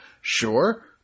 Sure